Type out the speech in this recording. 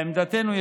לעמדתנו,